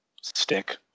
stick